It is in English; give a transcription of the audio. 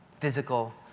physical